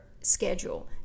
schedule